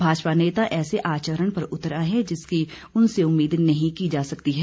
भाजपा नेता ऐसे आचरण पर उतर आए हैं जिसकी उनसे उम्मीद नहीं की जा सकती है